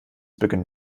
beginnt